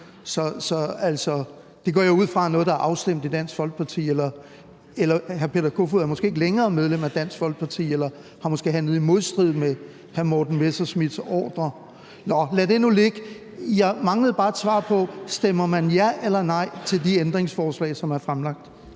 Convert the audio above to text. Det går jeg ud fra er noget, der er afstemt i Dansk Folkeparti – eller er hr. Peter Kofod måske ikke længere medlem af Dansk Folkeparti eller har måske handlet i modstrid med hr. Morten Messerschmidts ordrer? Nå, lad det nu ligge. Jeg manglede bare et svar på, om man stemmer ja eller nej til de ændringsforslag, som er fremlagt?